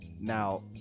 now